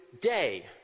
day